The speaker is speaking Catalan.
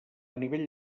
nivell